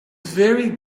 very